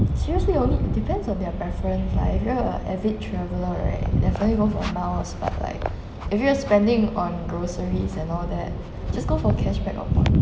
seriously it only depends on their preference lah if you're a avid traveller right definitely go for miles but like if you are spending on groceries and all that just go for cashback oh